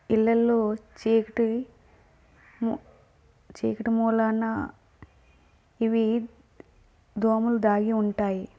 ఇళ్ళలో చీకటి ము చీకటి మూలానా ఇవి దోమలు దాగి ఉంటాయి